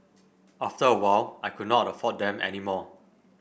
after a while I could not afford them any more